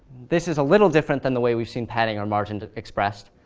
this is a little different than the way we've seen padding or margins expressed.